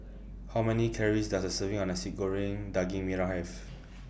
How Many Calories Does A Serving of Nasi Goreng Daging Merah Have